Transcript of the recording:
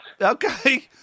Okay